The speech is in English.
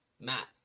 Matt